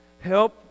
Help